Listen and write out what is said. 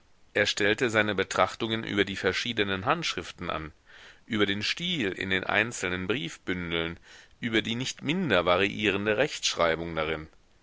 er stellte seine betrachtungen über die verschiedenen handschriften an über den stil in den einzelnen briefbündeln über die nicht minder variierende rechtschreibung darin